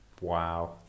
Wow